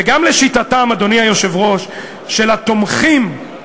וגם לשיטתם, אדוני היושב-ראש, של התומכים,